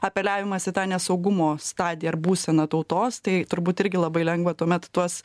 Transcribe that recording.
apeliavimas į tą nesaugumo stadiją ar būseną tautos tai turbūt irgi labai lengva tuomet tuos